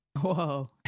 Whoa